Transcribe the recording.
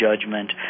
judgment